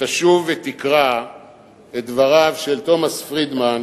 שתשוב ותקרא את דבריו של תומס פרידמן,